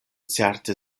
certe